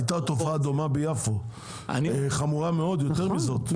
הייתה תופעה דומה ביפו, חמורה מאוד יותר מזאת.